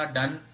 done